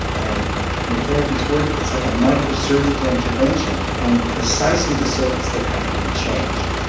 and when therapy is working it's like a microsurgical intervention on precisely the circuits that have to be changed.